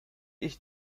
ich